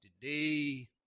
today